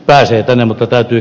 päisyytenä mutta täytyy